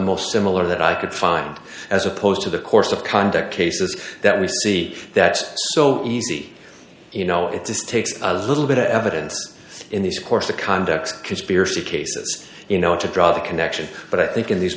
most similar that i could find as opposed to the course of conduct cases that we see that so easy you know it just takes a little bit of evidence in these courts to conduct conspiracy cases you know to draw the connection but i think in th